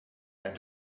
and